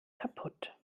kaputt